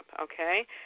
okay